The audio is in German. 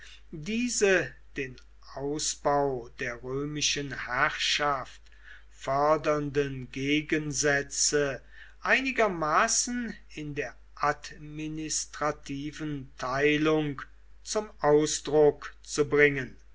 diese den ausbau der römischen herrschaft fördernden gegensätze einigermaßen in der administrativen teilung zum ausdruck zu bringen